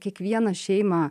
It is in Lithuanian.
kiekvieną šeimą